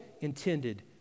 intended